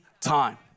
time